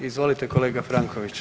Izvolite kolega Franković.